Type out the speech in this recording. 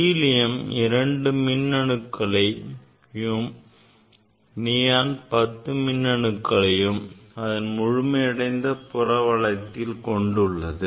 helium இரண்டு மின் அணுக்களையும் நியான் 10 மின் அணுக்களை அதன் முழுமையடைந்த புற வளையத்தில் கொண்டுள்ளது